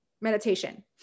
meditation